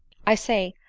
i say,